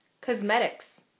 Cosmetics